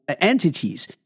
entities